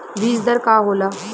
बीज दर का होला?